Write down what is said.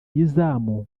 y’izamu